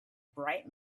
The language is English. bright